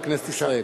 לכנסת ישראל.